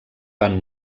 van